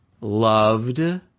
loved –